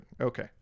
okay